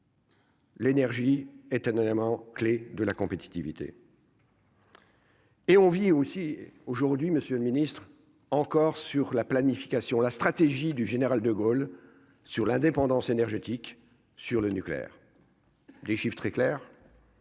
L'énergie est un élément clé de la compétitivité. Et on vit aussi aujourd'hui, Monsieur le Ministre, encore sur la planification, la stratégie du général De Gaulle sur l'indépendance énergétique sur le nucléaire, les chiffre très clair.